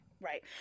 Right